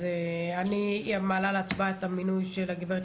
אז אני מעלה להצבעה את המינוי של הגב'